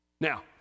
Now